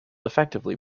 effectively